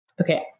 Okay